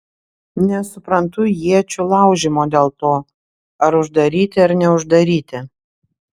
nesuprantu iečių laužymo dėl to ar uždaryti ar neuždaryti